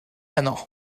heno